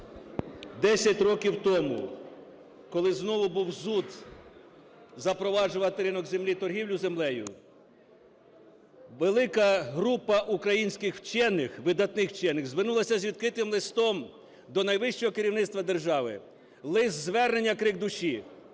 10 років тому, коли знову був зуд запроваджувати ринок землі, торгівлю землею, велика група українських вчених, видатних вчених, звернулася з відкритим листом до найвищого керівництва держави. Лист-звернення, крик душі: